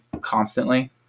constantly